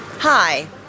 Hi